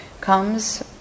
comes